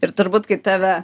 ir turbūt kai tave